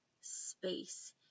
space